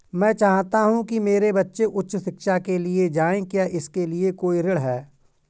मैं चाहता हूँ कि मेरे बच्चे उच्च शिक्षा के लिए जाएं क्या इसके लिए कोई ऋण है?